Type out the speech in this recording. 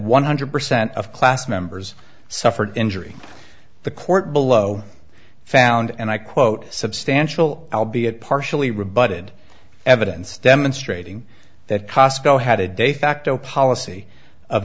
one hundred percent of class members suffered injury the court below found and i quote substantial albion partially rebutted evidence demonstrating that cosco had a de facto policy of